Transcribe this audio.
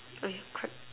crack